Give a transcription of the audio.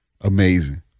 amazing